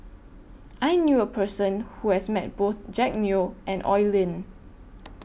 I knew A Person Who has Met Both Jack Neo and Oi Lin